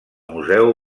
museu